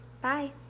Bye